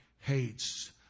hates